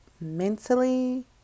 mentally